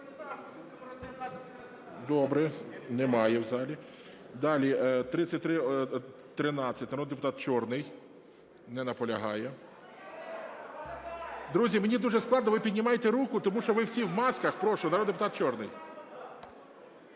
Добре. Немає в залі. Далі. 3313, народний депутат Чорний. Не наполягає. Друзі, мені дуже складно. Ви піднімайте руку, тому що ви всі в масках. Прошу, народний депутат Чорний.